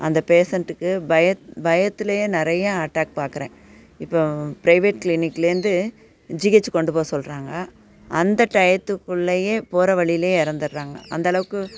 அந்த பேஷண்ட்டுக்கு பய பயத்தில் நிறையா அட்டேக் பார்க்கறேன் இப்போது பிரைவேட் கிளீனிக்லேருந்து ஜிஹெச்சிக்கு கொண்டு போக சொல்கிறாங்க அந்த டயத்துக்குள்ளேயே போகிற வழியிலே இறந்துட்றாங்க அந்தளவுக்கு